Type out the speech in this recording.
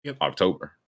October